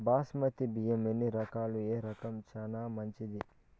బాస్మతి బియ్యం ఎన్ని రకాలు, ఏ రకం చానా మంచిది?